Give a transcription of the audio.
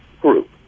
Group